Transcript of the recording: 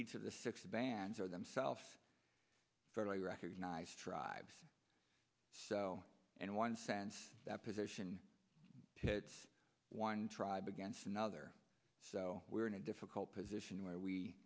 each of the six bands are themselves fairly recognized tribes so in one sense that position to one tribe against another so we're in a difficult position where we